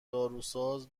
داروساز